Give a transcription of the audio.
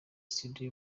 studio